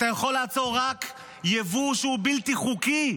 אתה יכול לעצור רק יבוא שהוא בלתי חוקי,